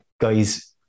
guys